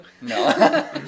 no